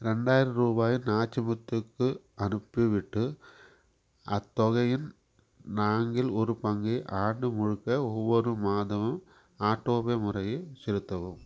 ரெண்டாயிரம் ரூபாயை நாச்சிமுத்துக்கு அனுப்பிவிட்டு அத்தொகையின் நான்கில் ஒரு பங்கை ஆண்டு முழுக்க ஒவ்வொரு மாதமும் ஆட்டோபே முறையில் செலுத்தவும்